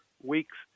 weeks